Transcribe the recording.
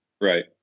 Right